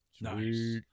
Nice